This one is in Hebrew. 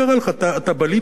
אתה בלעת נפט?